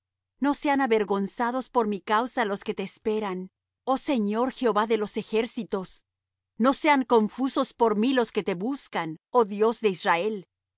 no sean avergonzados por mi causa los que te esperan oh señor jehová de los ejércitos no sean confusos por mí los que te buscan oh dios de israel